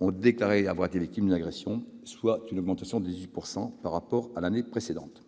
ont déclaré avoir été victimes d'une agression, soit une augmentation de 18 % par rapport à l'année précédente.